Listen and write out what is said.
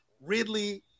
Ridley